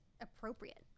appropriate